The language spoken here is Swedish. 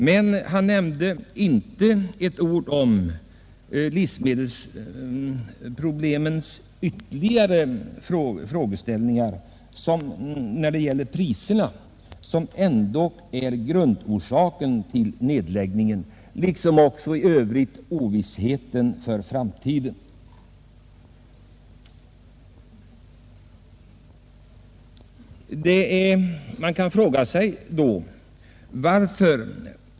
Men han nämnde inte ett ord om livsmedelsproduktionens övriga problem, t.ex. den dåliga lönsamheten som ändå är grundorsaken till nedläggningarna, ovissheten för framtiden etc.